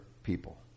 people